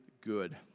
good